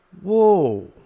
Whoa